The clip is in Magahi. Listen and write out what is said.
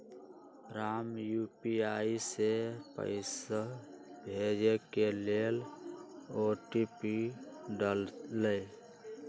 राम यू.पी.आई से पइसा भेजे के लेल ओ.टी.पी डाललई